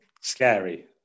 scary